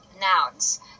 nouns